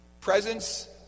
Presence